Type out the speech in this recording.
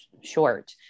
short